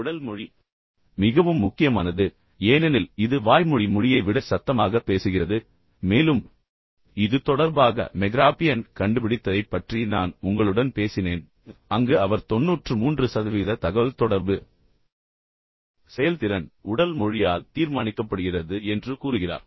உடல் மொழி மிகவும் முக்கியமானது ஏனெனில் இது வாய்மொழி மொழியை விட சத்தமாக பேசுகிறது மேலும் இது தொடர்பாக மெக்ராபியன் கண்டுபிடித்ததைப் பற்றி நான் உங்களுடன் பேசினேன் அங்கு அவர் 93 சதவீத தகவல்தொடர்பு செயல்திறன் உடல் மொழியால் தீர்மானிக்கப்படுகிறது என்று கூறுகிறார்